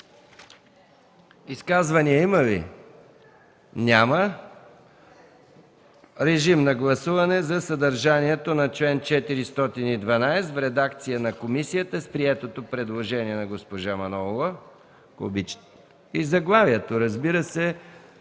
Изказвания? Няма. Режим на гласуване за съдържанието на чл. 412 в редакция на комисията, с приетото предложение на госпожа Мая Манолова. И заглавието, разбира се,